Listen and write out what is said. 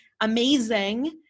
amazing